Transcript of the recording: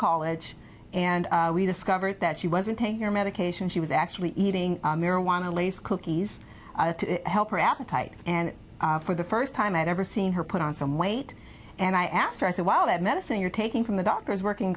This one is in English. college and we discovered that she wasn't taking your medication she was actually eating marijuana least cookies to help her appetite and for the first time i'd ever seen her put on some weight and i asked her i said well that medicine you're taking from the doctor is working